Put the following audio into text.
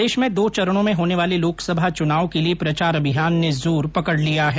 प्रदेश में दो चरणों में होने वाले लोकसभा चुनाव के लिए प्रचार अभियान ने जोर पकड़ लिया है